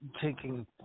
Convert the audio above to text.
taking